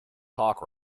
talk